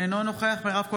אינו נוכח מירב כהן,